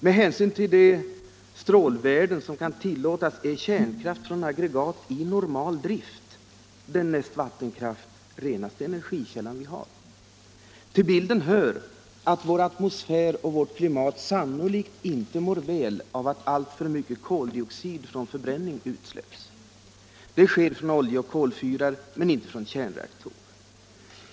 Med hänsyn till de strålvärden som kan tillåtas är kärnkraft från aggregat i normal drift den näst vattenkraft renaste energikällan vi har. Till bilden hör att vår atmosfär och vårt klimat sannolikt inte mår väl av att alltför mycket koldioxid från förbränning utsläppes. Det sker från oljeoch kolfyrar men inte från kärnreaktorer.